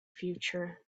future